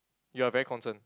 you are very concerned